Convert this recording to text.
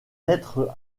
être